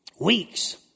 weeks